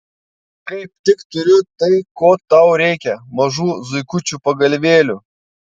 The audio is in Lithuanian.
kaip tik turiu tai ko tau reikia mažų zuikučių pagalvėlių